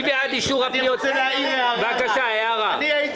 מה זאת